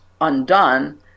undone